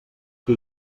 qui